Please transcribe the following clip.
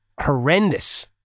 horrendous